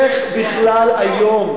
איך בכלל היום,